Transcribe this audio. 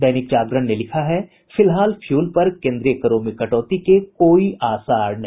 दैनिक जागरण ने लिखा है फिलहाल फ्यूल पर केन्द्रीय करों में कटौती के कोई आसार नहीं